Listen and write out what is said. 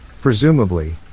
Presumably